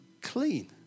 clean